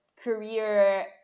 career